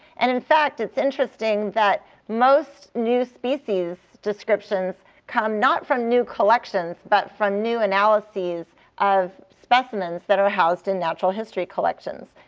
and in fact, it's interesting that most new species descriptions come not from new collections but from new analyses of specimens that are housed in natural history collections.